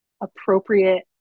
appropriate